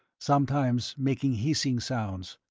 sometimes making hissing sounds.